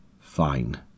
Fine